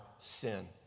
sin